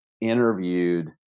interviewed